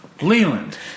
Leland